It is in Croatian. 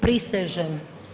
Prisežem.